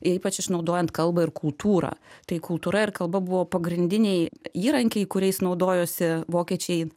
ypač išnaudojant kalbą ir kultūrą tai kultūra ir kalba buvo pagrindiniai įrankiai kuriais naudojosi vokiečiai